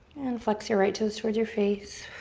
and flex your right toes towards your face.